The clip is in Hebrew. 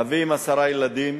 אבי, עם עשרה ילדים,